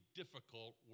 difficult